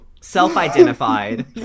Self-identified